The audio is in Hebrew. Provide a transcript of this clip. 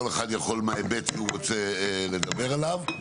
כל אחד יכול מההיבט שהוא רוצה לדבר עליו.